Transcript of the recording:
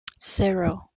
zero